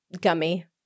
gummy